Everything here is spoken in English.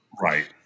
Right